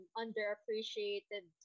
underappreciated